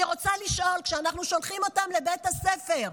אני רוצה לשאול: כשאנחנו שולחים אותם לבית הספר,